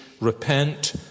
repent